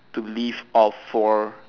to live off for